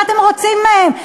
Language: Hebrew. מה אתם רוצים מהם?